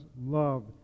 love